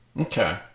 Okay